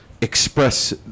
express